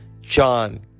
John